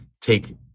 Take